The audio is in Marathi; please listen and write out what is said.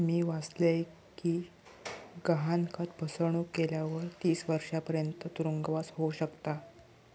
मी वाचलय कि गहाणखत फसवणुक केल्यावर तीस वर्षांपर्यंत तुरुंगवास होउ शकता